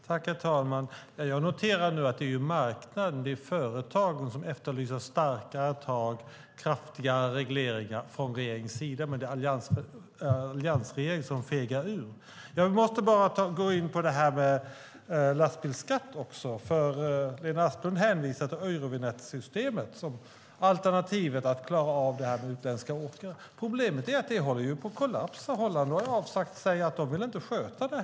Herr talman! Jag noterar nu att det är marknaden, företagen, som efterlyser starkare tag, kraftigare regleringar från regeringens sida och att det är alliansregeringen som fegar ur. Jag måste gå in på lastbilsskatten också. Lena Asplund hänvisar till Eurovinjettsystemet som alternativet för att klara av detta med utländska åkare. Men problemet är att det systemet håller på att kollapsa. Holland har sagt att de inte längre vill sköta det.